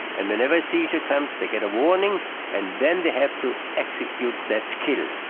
and whenever a seizure comes they get a warning and then they have to execute that skill,